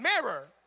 mirror